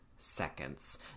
seconds